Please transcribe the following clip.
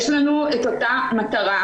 יש לנו את אותה מטרה,